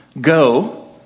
go